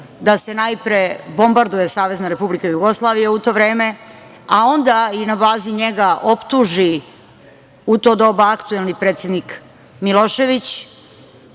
da se najpre bombarduje Savezna Republika Jugoslavija u to vreme, a onda i na bazi njega optuži u to doba aktuelni predsednik Milošević,